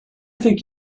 think